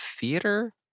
theater